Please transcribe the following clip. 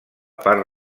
part